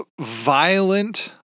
violent